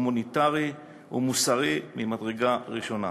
הומניטרי ומוסרי ממדרגה ראשונה.